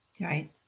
Right